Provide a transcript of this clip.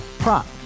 Prop